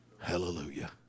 Hallelujah